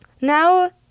now